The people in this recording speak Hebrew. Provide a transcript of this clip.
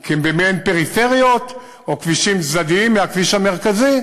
כי הם במעין פריפריות או כבישים צדדיים מהכביש המרכזי,